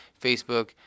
Facebook